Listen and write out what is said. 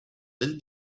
del